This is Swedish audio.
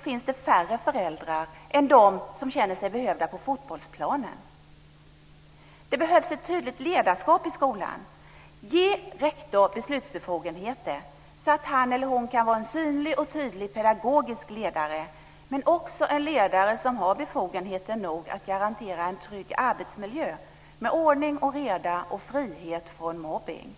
finns färre föräldrar än de som känner sig behövda på fotbollsplanen? Det behövs ett tydligt ledarskap i skolan. Ge rektor beslutsbefogenheter så att han eller hon kan vara en synlig och tydlig pedagogisk ledare, men också en ledare som har befogenheter nog att garantera en trygg arbetsmiljö med ordning och reda och frihet från mobbning.